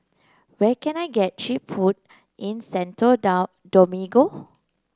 where can I get cheap food in Santo Domingo